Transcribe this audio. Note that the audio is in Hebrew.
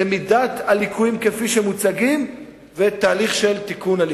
למידת הליקויים כפי שמוצגים ותהליך של תיקון הליקויים.